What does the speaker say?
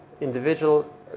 individual